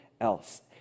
else